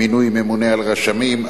מינוי ממונה על רשמים,